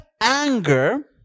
anger